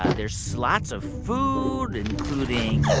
there's lots of food, including.